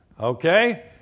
Okay